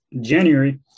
January